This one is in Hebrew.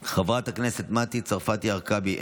חברת הכנסת מטי צרפתי הרכבי,